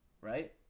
right